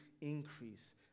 increase